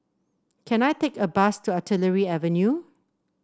can I take a bus to Artillery Avenue